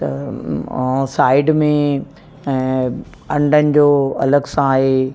त ऐं साइड में ऐं अंडनि जो अलॻि सां आहे